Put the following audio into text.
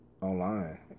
online